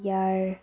ইয়াৰ